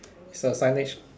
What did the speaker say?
it's a signage